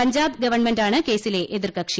പഞ്ചാബ് ഗ്വൺമെന്റാണ് കേസിലെ എതിർകക്ഷി